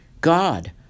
God